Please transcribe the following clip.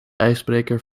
ijsbreker